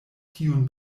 tiun